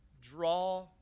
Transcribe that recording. draw